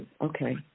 Okay